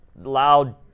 loud